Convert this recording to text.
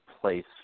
place